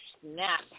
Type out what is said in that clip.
snap